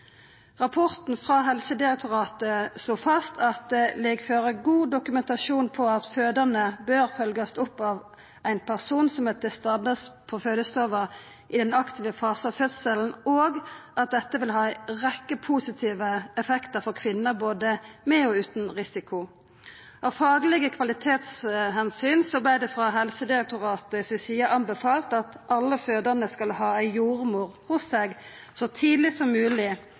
Rapporten frå Helsedirektoratet slo fast at det ligg føre god dokumentasjon på at fødande bør følgjast opp av ein person som er til stades på fødestova i den aktive fasen av fødselen, og at dette vil ha ei rekkje positive effektar for kvinner både med og utan risiko. Av faglege kvalitetsomsyn vart det frå Helsedirektoratet si side anbefalt at alle fødande skal ha ei jordmor hos seg så tidleg som